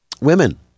women